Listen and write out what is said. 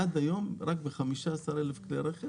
עד היום רק ב-15,000 כלי רכב